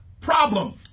problem